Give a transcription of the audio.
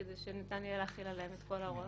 כדי שניתן יהיה להחיל עליהם את כל ההוראות.